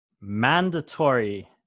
Mandatory